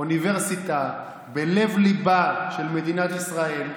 אוניברסיטה בלב-ליבה של מדינת ישראל,